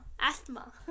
Asthma